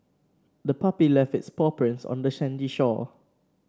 the puppy left its paw prints on the sandy shore